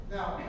Now